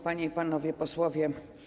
Panie i Panowie Posłowie!